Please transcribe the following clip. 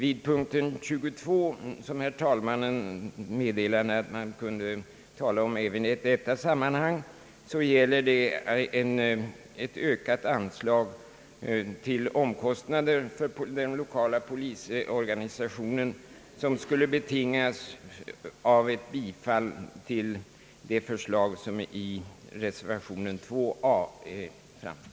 I punkten 22, som herr talmannen meddelat att vi kan diskutera redan i detta sammanhang, gäller det ett ökat anslag till omkostnader för den lokala polisorganisationen, vilket skulle betingas av ett bifall till det förslag som framställts i reservationen a vid punkten 22.